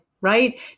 right